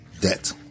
debt